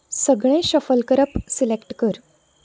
सगळें शफल करप सिलॅक्ट कर